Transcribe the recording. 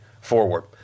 forward